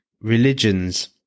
religions